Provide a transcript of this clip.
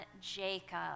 Jacob